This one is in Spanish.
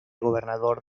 gobernador